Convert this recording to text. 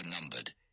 numbered